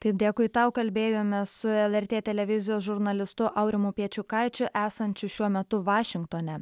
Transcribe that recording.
taip dėkui tau kalbėjome su lrt televizijos žurnalistu aurimu piečiukaičiu esančiu šiuo metu vašingtone